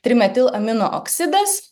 trimetilamino oksidas